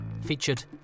Featured